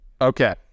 Okay